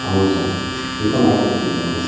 ஆமாங்க sir tiffin order பண்ணி இருந்தோம்